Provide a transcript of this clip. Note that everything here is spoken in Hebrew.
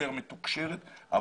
יותר מתוקשרת,